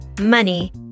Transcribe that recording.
money